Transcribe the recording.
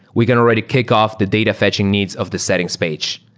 we can already kickoff the data fetching needs of the settings page.